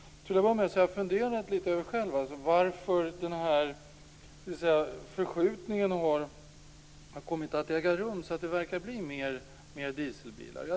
Jag har funderat över varför förskjutningen har kommit att äga rum så att det verkar bli fler dieselbilar.